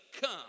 come